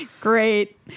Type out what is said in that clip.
Great